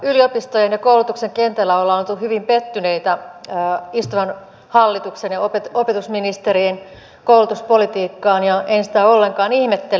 yliopistojen ja koulutuksen kentällä on oltu hyvin pettyneitä istuvan hallituksen ja opetusministerin koulutuspolitiikkaan ja en sitä ollenkaan ihmettele